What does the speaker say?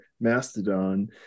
Mastodon